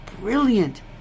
brilliant